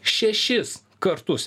šešis kartus